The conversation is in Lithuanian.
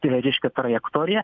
tai yra reiškia trajektoriją